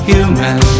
Human